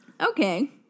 Okay